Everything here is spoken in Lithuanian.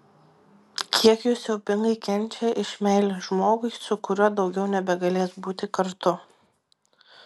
kiek jų siaubingai kenčia iš meilės žmogui su kuriuo daugiau nebegalės būti kartu